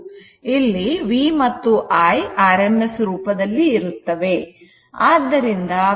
ಇಲ್ಲಿ V ಮತ್ತು I rms ರೂಪದಲ್ಲಿರುತ್ತವೆ